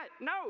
No